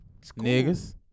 Niggas